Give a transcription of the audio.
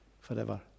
forever